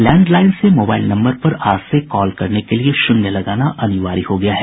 landline से mobile number पर आज से कॉल करने के लिए शून्य लगाना अनिवार्य हो गया है